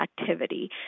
activity